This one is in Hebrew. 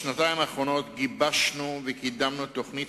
בשנתיים האחרונות גיבשנו וקידמנו תוכנית